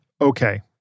Okay